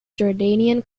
jordanian